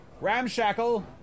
Ramshackle